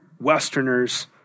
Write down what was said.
Westerners